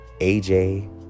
AJ